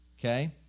okay